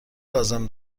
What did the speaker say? لازم